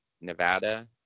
Nevada